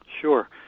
Sure